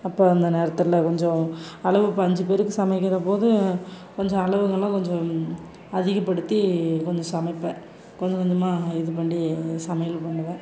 அப்போ அந்த நேரத்தில் கொஞ்சம் அளவு இப்போ அஞ்சு பேருக்கு சமைக்கிற போது கொஞ்சம் அளவுங்கெல்லாம் கொஞ்சம் அதிகப்படுத்தி கொஞ்சம் சமைப்பேன் கொஞ்சம் கொஞ்சமாக இது பண்ணி சமையல் பண்ணுவேன்